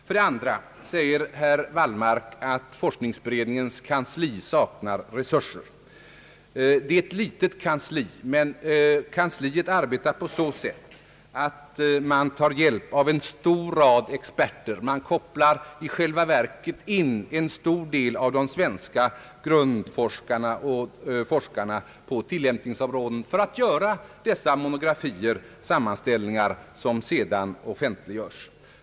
För det andra säger herr Wallmark att forskningsberedningens kansli saknar resurser. Det är ett litet kansli, men kansliet arbetar på så sätt att man tar hjälp av ett stort antal experter. Man kopplar i själva verket in en stor del av de svenska grundforskarna och fors karna på tillämpningsområden för att göra de monografier, som sedan offentliggörs.